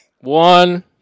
one